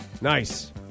Nice